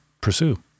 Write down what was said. pursue